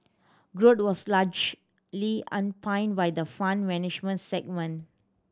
growth was largely on by the Fund Management segment